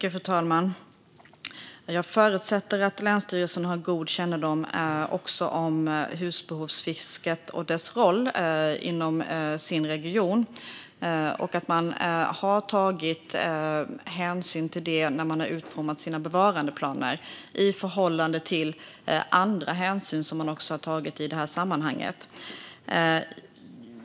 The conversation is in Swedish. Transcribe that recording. Fru talman! Jag förutsätter att länsstyrelsen har god kännedom också om husbehovsfisket och dess roll inom den egna regionen och att man har tagit hänsyn till det när man har utformat sina bevarandeplaner i förhållande till andra hänsyn som man också har tagit i det här sammanhanget.